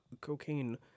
cocaine